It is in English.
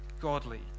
godly